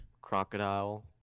Crocodile